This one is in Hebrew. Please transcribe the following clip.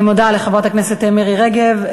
אני מודה לחברת הכנסת מירי רגב.